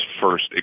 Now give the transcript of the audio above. first